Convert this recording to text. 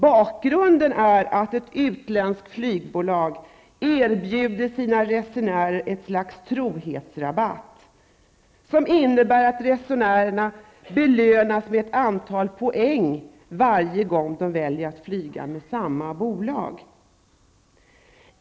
Bakgrunden är att ett utländskt flygbolag erbjuder sina resenärer ett slags trohetsrabatt, som innebär att resenärerna belönas med ett antal poäng varje gång de väljer att flyga med samma bolag.